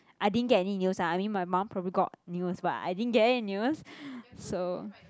I didn't get any news lah I mean my mum probably got news but I didn't get any news so